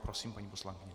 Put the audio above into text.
Prosím, paní poslankyně.